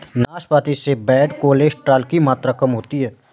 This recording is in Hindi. नाशपाती से बैड कोलेस्ट्रॉल की मात्रा कम होती है